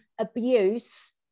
abuse